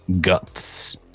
guts